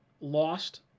lost